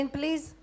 please